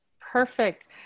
Perfect